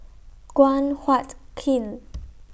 Guan Huat Kiln